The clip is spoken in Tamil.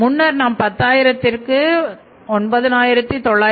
முன்னர் நாம் பத்தாயிரத்திற்கு 9905